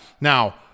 now